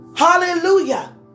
Hallelujah